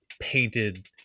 painted